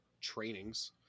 trainings